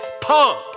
pump